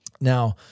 now